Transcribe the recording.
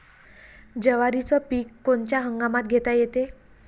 जवारीचं पीक कोनच्या हंगामात घेता येते?